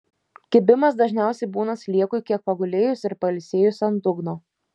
kibimas dažniausiai būna sliekui kiek pagulėjus ir pailsėjus ant dugno